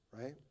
right